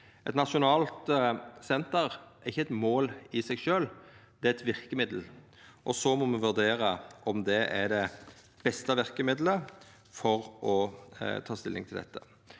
Eit nasjonalt senter er ikkje eit mål i seg sjølv, det er eit verkemiddel. Me må vurdera om det er det beste verkemiddelet for å ta stilling til dette.